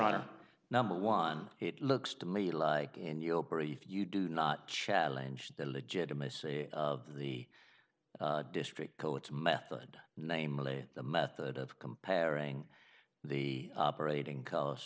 honor number one it looks to me like in europe or if you do not challenge the legitimacy of the district co its method namely the method of comparing the operating co